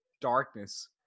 darkness